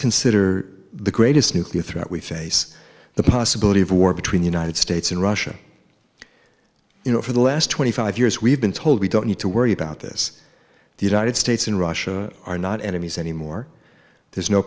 consider the greatest nuclear threat we face the possibility of war between the united states and russia you know for the last twenty five years we've been told we don't need to worry about this the united states and russia are not enemies anymore there is no